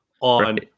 on